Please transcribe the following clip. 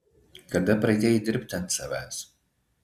kada pradėjai dirbti ant savęs